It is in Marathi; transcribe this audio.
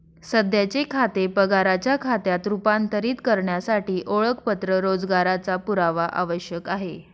सध्याचे खाते पगाराच्या खात्यात रूपांतरित करण्यासाठी ओळखपत्र रोजगाराचा पुरावा आवश्यक आहे